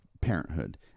parenthood